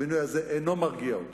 המינוי הזה אינו מרגיע אותי.